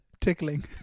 Tickling